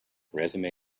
resume